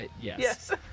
yes